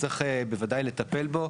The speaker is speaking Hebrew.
צריך בוודאי לטפל בו,